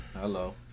Hello